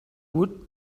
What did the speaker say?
woot